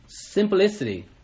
simplicity